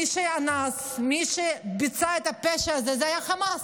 מי שאנס ומי שביצע את הפשע הזה היה חמאס.